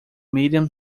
medium